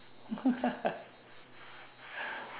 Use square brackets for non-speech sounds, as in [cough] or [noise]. [laughs]